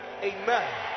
Amen